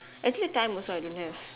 actually time also I don't have